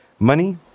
Money